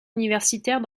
universitaire